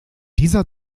dieser